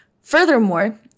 Furthermore